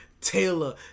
Taylor